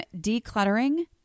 decluttering